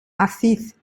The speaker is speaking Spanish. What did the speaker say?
aziz